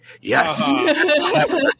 yes